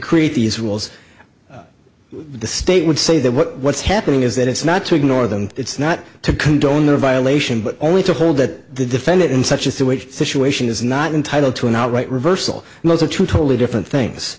create these rules the state would say that what's happening is that it's not to ignore them it's not to condone their violation but only to hold that the defendant in such a sewage situation is not entitled to an outright reversal those are two totally different things